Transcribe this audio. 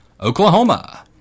Oklahoma